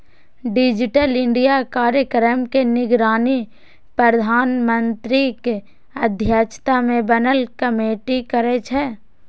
digital India कार्यक्रम के निगरानी प्रधानमंत्रीक अध्यक्षता मे बनल कमेटी करै छै